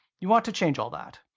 you want to change all that.